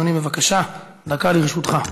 אדוני, בבקשה, דקה לרשותך.